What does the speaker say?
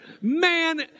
man